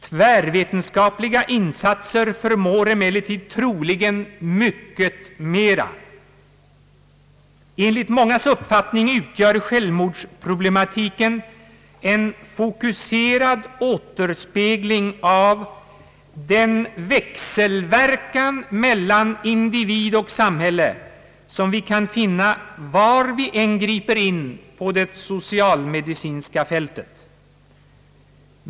Tvärvetenskapliga insatser förmår emellertid troligen mycket mera. Enligt mångas uppfattning utgör självmordsproblematiken en fokuserad återspegling av den växelverkan mellan individ och samhälle, som vi kan finna var vi än griper in på det socialmedicinska fältet.